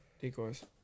decoys